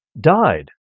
died